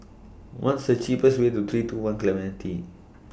What's The cheapest Way to three two one Clementi